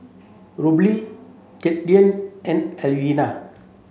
Robley Katlyn and Alvira